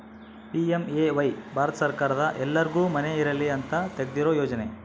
PMAY ಭಾರತ ಸರ್ಕಾರದ ಎಲ್ಲರ್ಗು ಮನೆ ಇರಲಿ ಅಂತ ತೆಗ್ದಿರೊ ಯೋಜನೆ